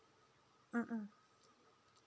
mm mm